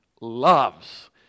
loves